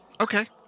Okay